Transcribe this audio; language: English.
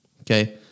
Okay